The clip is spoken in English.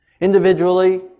individually